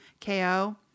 KO